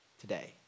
Today